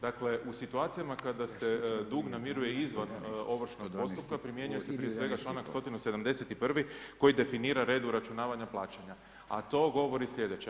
Dakle u situacijama kada se dug namiruje izvan ovršnog postupka, primjenjuje se prije svega članak 171. koji definira red uračunavanja plaćanja a to govori slijedeće.